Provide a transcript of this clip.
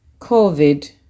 COVID